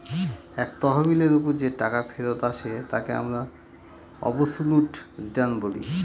এক তহবিলের ওপর যে টাকা ফেরত আসে তাকে আমরা অবসোলুট রিটার্ন বলি